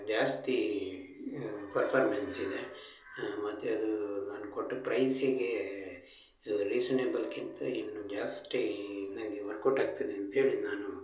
ಜಾಸ್ತಿ ಪರ್ಫಾರ್ಮೆನ್ಸ್ ಇದೆ ಮತ್ತು ಅದು ನಾನು ಕೊಟ್ಟ ಪ್ರೈಸಿಗೆ ರಿಝನೇಬಲ್ಗಿಂತ ಇನ್ನೂ ಜಾಸ್ತಿ ನನಗೆ ವರ್ಕ್ ಔಟ್ ಆಗ್ತದೆ ಅಂತ ಹೇಳಿ ನಾನು